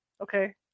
okay